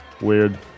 weird